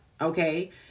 okay